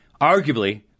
arguably